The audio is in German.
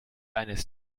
eines